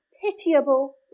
pitiable